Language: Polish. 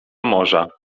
morza